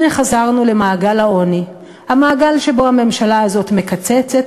הנה חזרנו למעגל העוני המעגל שבו הממשלה הזאת מקצצת,